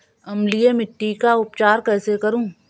अम्लीय मिट्टी का उपचार कैसे करूँ?